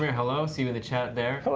yeah hello. see you in the chat there.